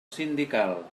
sindical